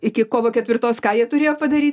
iki kovo ketvirtos ką jie turėjo padaryt